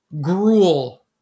Gruel